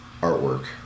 artwork